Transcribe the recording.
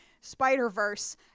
Spider-Verse